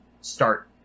start